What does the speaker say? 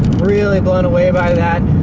really blown away by that.